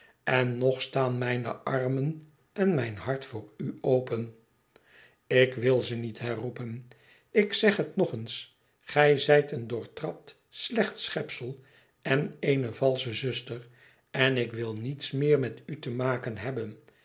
en no staan mijne armen en mijn hart voor u open ik wil ze niet herroepen ik zeg hel nog eens gij zijteen doortrapt slecht schepsel en eene valsche zuster en ik wil niets meer met u te maken hebben